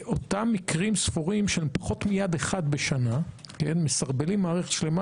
אותם מקרים ספורים שהם פחות מיד אחת בשנה מסרבלים מערכת שלמה